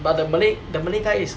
but the malay the malay guy is